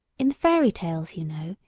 in the fairy tales, you know,